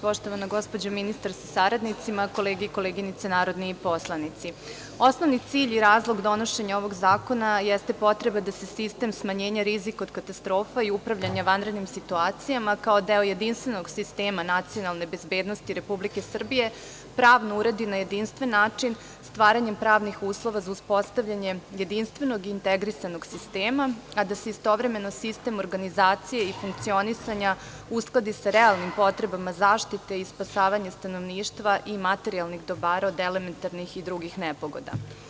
Poštovana gospođo ministar sa saradnicima, kolege i koleginice narodni poslanici, osnovni cilj i razlog donošenja ovog zakona jeste potreba da se sistem smanjenja rizika od katastrofa i upravljanje vanrednim situacijama kao deo jedinstvenog sistema nacionalne bezbednosti Republike Srbije pravno uredi na jedinstven način, stvaranjem pravnih uslova za uspostavljanje jedinstvenog integrisanog sistema, a da se istovremeno sistem organizacije i funkcionisanja uskladi sa realnim potrebama zaštite i spasavanja stanovništva i materijalnih dobara od elementarnih i drugih nepogoda.